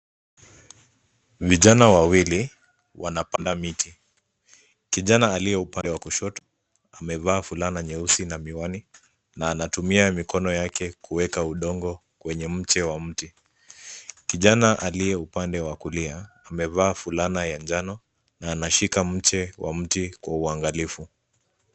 Vijana wawili wanapanda miti. Kijana aliye upande wa kushoto amevaa fulana nyeusi na miwani na anatumia mikono yake kuweka udongo kwenye mche wa mti. Kijana aliye upande wa kulia amevaa fulana ya njano na anashika mche wa mti kwa uangalifu.